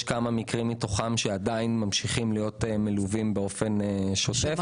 יש כמה מקרים מתוכם שעדיין מלווים באופן שוטף.